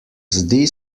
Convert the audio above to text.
zdi